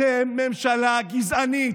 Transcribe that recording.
אתם ממשלה גזענית.